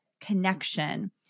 connection